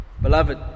Beloved